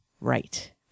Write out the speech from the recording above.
Right